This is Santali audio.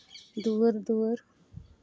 ᱫᱩᱣᱟᱹᱨ ᱫᱩᱣᱟᱹᱨ